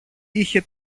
είχε